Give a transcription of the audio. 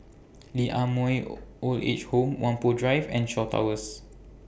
Lee Ah Mooi Old Age Home Whampoa Drive and Shaw Towers